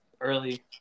early